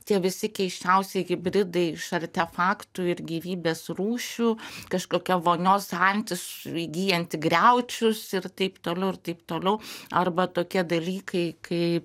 tie visi keisčiausi hibridai iš artefaktų ir gyvybės rūšių kažkokia vonios antis įgyjanti griaučius ir taip toliau ir taip toliau arba tokie dalykai kai